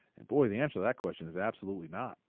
and but the answer to that question is absolutely not.